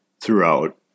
throughout